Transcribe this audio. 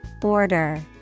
Border